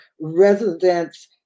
residents